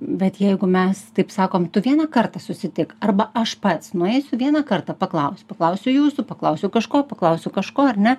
bet jeigu mes taip sakom tu vieną kartą susitik arba aš pats nueisiu vieną kartą paklausiu paklausiu jūsų paklausiu kažko paklausiu kažko ar ne